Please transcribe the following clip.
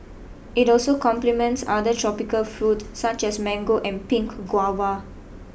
it also complements other tropical fruit such as mango and pink guava